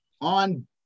on